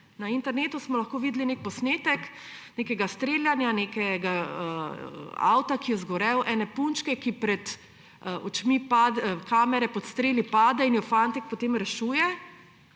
Na internetu smo lahko videli nek posnetek nekega streljanja, nekega avta, ki je zgorel, ene punčke, ki pred očmi kamere pod streli pade in jo fantek potem rešuje,